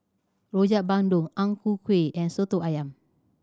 Rojak Bandung Ang Ku Kueh and Soto Ayam